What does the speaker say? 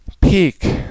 peak